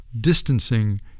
distancing